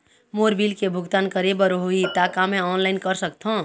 मोर bill के भुगतान करे बर होही ता का मैं ऑनलाइन कर सकथों?